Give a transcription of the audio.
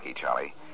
Charlie